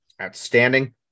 outstanding